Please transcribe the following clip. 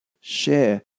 share